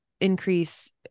increase